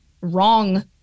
wrong